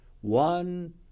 one